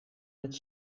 met